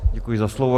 Děkuji za slovo.